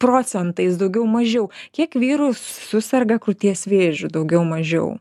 procentais daugiau mažiau kiek vyrų suserga krūties vėžiu daugiau mažiau